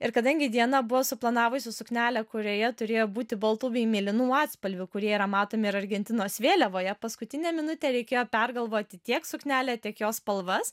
ir kadangi diana buvo suplanavusi suknelę kurioje turėjo būti baltų bei mėlynų atspalvių kurie yra matomi ir argentinos vėliavoje paskutinę minutę reikėjo pergalvoti tiek suknelę tiek jos spalvas